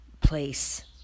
place